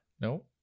No